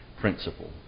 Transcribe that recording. principle